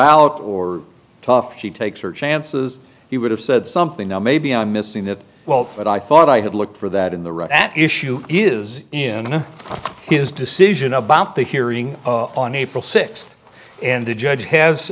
all or tof she takes her chances he would have said something now maybe i'm missing that well but i thought i had looked for that in the right at issue is in his decision about the hearing on april sixth and the judge has